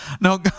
No